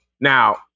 Now